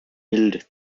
build